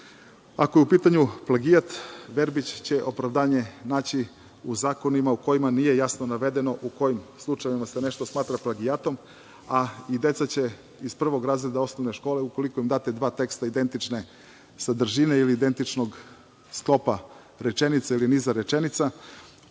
je u pitanju plagijat, Verbić će opravdanje naći u zakonima u kojima nije jasno navedeno u kojim slučajevima se nešto smatra plagijatom, a i deca će iz prvog razreda osnovne škole, ukoliko im date dva teksta identične sadržine ili identičnog sklopa ili niza rečenica,